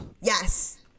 Yes